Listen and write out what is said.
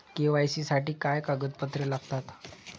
KYC साठी काय कागदपत्रे लागतात?